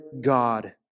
God